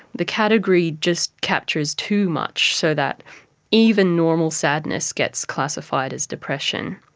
the category just captures too much so that even normal sadness gets classified as depression.